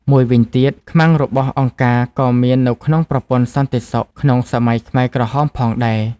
មួយវិញទៀត ខ្មាំងរបស់អង្គការក៏មាននៅក្នុងប្រព័ន្ធសន្តិសុខក្នុងសម័យខ្មែរក្រហមផងដែរ។